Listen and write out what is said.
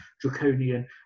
draconian